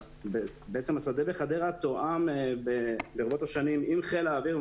שבעצם השדה בחדרה תואם ברבות השנים עם חיל האוויר